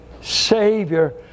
savior